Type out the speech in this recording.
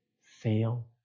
fail